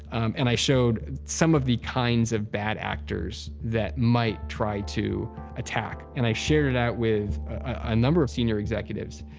and i showed some of the kinds of bad actors that might try to attack, and i shared it out with a number of senior executives.